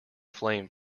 flame